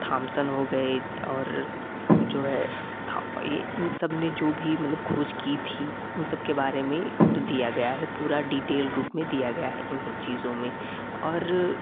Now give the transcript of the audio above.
Thompson हो गए और जो है था यह इन सब ने जो भी मतलब खोज की थी उन सब के बारे में इ दिया गया है पूरा डिटेल रूप में दिया गया है इन सब चीज़ों में और